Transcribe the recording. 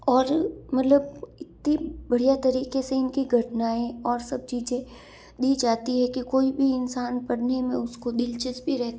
और मतलब इतनी बढ़िया तरीके से इनकी घटनाएं और सब चीज़ें दी जाती है कि कोई भी इंसान पढ़ने में उसकी दिलचस्पी रह